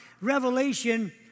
revelation